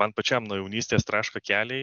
man pačiam nuo jaunystės traška keliai